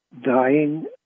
Dying